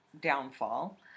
downfall